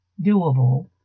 doable